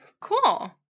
Cool